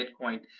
Bitcoin